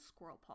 Squirrelpaw